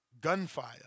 gunfire